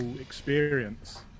experience